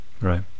right